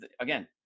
again